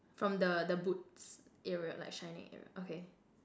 from the the boots area like shining area okay